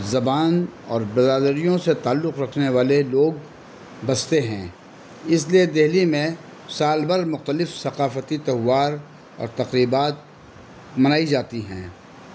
زبان اور بزادریوں سے تعلق رکھنے والے لوگ بستے ہیں اس لیے دہلی میں سال بھر مختلف ثقافتی تہوار اور تقریبات منائی جاتی ہیں